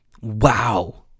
wow